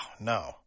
no